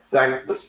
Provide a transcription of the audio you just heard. thanks